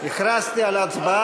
הכספים נתקבלה.